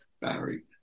Barry